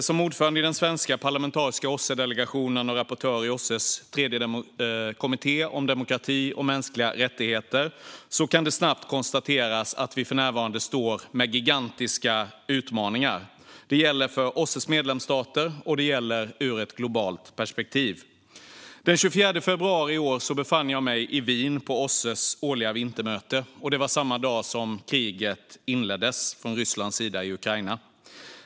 Som ordförande i den svenska parlamentariska OSSE-delegationen och rapportör i OSSE:s tredje kommitté om demokrati och mänskliga rättigheter kan jag snabbt konstatera att vi för närvarande står med gigantiska utmaningar. Det gäller för OSSE:s medlemsstater, och det gäller ur ett globalt perspektiv. Den 24 februari i år befann jag mig på OSSE:s årliga vintermöte i Wien, samma dag som kriget i Ukraina inleddes från Rysslands sida.